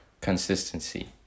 consistency